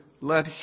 Let